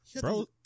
Bro